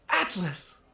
Atlas